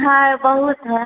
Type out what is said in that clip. है बहुत है